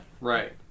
Right